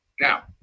Now